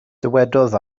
dywedodd